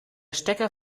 stecker